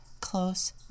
close